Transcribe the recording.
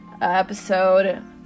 episode